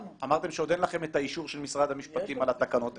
אמרתם שעוד אין לכם את האישור של משרד המשפטים על התקנות.